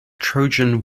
trojan